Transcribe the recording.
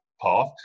path